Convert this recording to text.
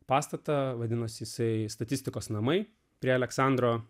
pastatą vadinosi jisai statistikos namai prie aleksandro